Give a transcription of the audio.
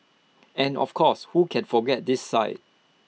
and of course who can forget this sight